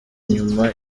inyuma